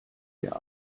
der